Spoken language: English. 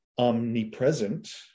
Omnipresent